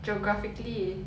geographically